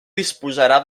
disposarà